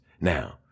Now